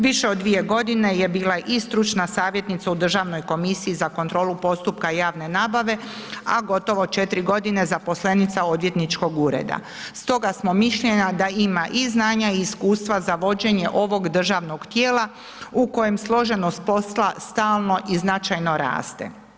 Više od 2 g. je bila i stručna savjetnica u Državnoj komisiji za kontrolu postupaka javne nabave a gotovo 4 g. zaposlenica odvjetničkog ureda stoga smo mišljenja da ima i znanja i iskustva za vođenje ovog državnog tijela u kojem složenost posla stalno i značajno raste.